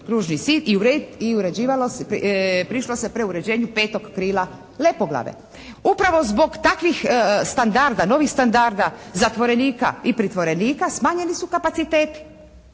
i uređivalo se, prišlo se preuređenju 5. krila Lepoglave. Upravo zbog takvih standarda, novih standarda zatvorenika i pritvorenika smanjeni su kapaciteti.